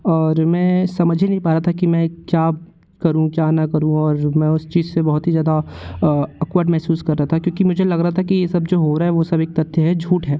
और मैं समझ ही नहीं पा रहा था कि मैं क्या करूँ क्या न करूँ और मैं उस चीज़ से बहुत ही ज़्यादा अक्वर्ड महसूस कर रहा था क्योंकि मुझे लग रहा था कि यह सब जो हो रहा है वह सब एक तथ्य है झूठ है